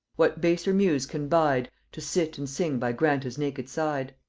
what baser muse can bide to sit and sing by granta's naked side?